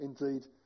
indeed